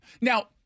Now